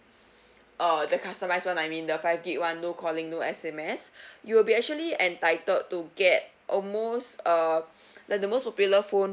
uh the customise [one] I mean the five gig [one] no calling no S_M_S you will be actually entitled to get a most uh like the most popular phone